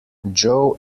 joe